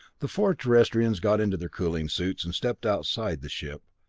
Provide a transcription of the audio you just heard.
the four terrestrians got into their cooling suits, and stepped outside the ship.